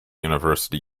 university